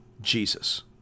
Jesus